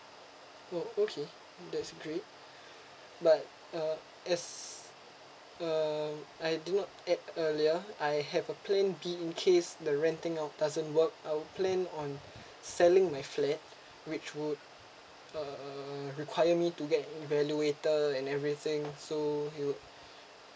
oh okay that's great but uh as um I do add that earlier I have a plan B in case the renting out doesn't work I will plan on selling my flat which would uh require me to get evaluator and everything so it would